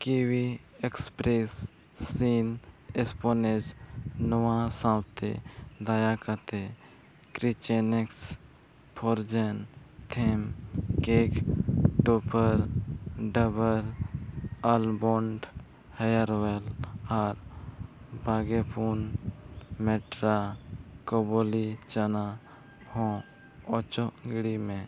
kiwi express ᱥᱤᱱ ᱮᱥᱯᱚᱱᱮᱥ ᱱᱚᱣᱟ ᱥᱟᱶᱛᱮ ᱫᱟᱭᱟ ᱠᱟᱛᱮᱫ ᱠᱨᱤᱪᱮᱱᱮᱠᱥ ᱯᱷᱳᱨᱡᱮᱱ ᱛᱷᱤᱢ ᱠᱮᱠ ᱴᱩᱯᱟᱨ ᱰᱟᱵᱚᱨ ᱟᱞᱵᱚᱱᱰ ᱦᱮᱭᱟᱨ ᱚᱭᱮᱞ ᱟᱨ ᱵᱟᱜᱮ ᱯᱩᱱ ᱢᱮᱴᱨᱟ ᱠᱚᱵᱚᱞᱤ ᱪᱟᱱᱟ ᱦᱚᱸ ᱚᱪᱚᱜ ᱜᱤᱰᱤ ᱢᱮ